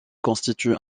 constitue